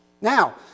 Now